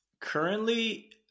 currently